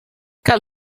cal